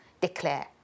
declare